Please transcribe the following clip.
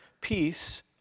peace